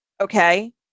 Okay